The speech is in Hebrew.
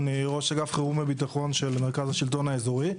אני ראש אגף חירום וביטחון של מרכז השלטון האזורי.